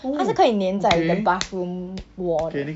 它是可以粘在你的 bathroom wall 的